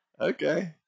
Okay